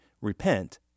Repent